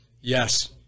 yes